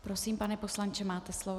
Prosím, pane poslanče, máte slovo.